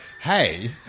hey